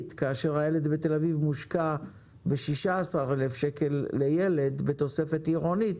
כאשר הילד בתל אביב מושקע ב-16,000 שקלים לילד בתוספת עירונית,